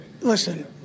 listen